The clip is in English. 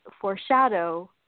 foreshadow